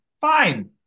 Fine